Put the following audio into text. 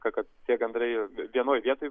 kad kad tie gandrai vienoj vietoj